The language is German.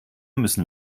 müssen